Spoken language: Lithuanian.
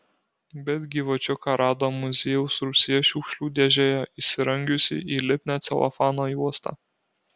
bet gyvačiuką rado muziejaus rūsyje šiukšlių dėžėje įsirangiusį į lipnią celofano juostą